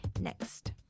next